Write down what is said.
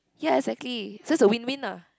ya exactly so it's a win win lah